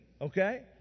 Okay